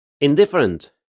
Indifferent